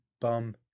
Bum